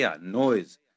noise